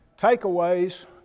Takeaways